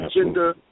agenda